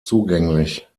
zugänglich